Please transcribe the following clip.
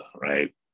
right